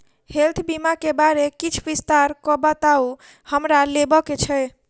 Health बीमा केँ बारे किछ विस्तार सऽ बताउ हमरा लेबऽ केँ छयः?